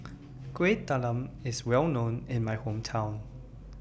Kueh Talam IS Well known in My Hometown